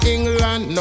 England